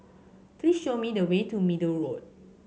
please show me the way to Middle Road